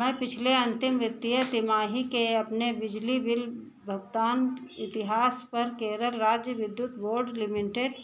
मैं पिछले अन्तिम वित्तीय तिमाही के अपने बिजली बिल भुगतान इतिहास पर केरल राज्य विद्युत बोर्ड लिमिटेड